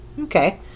Okay